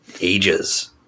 ages